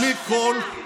בלי קול,